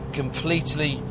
completely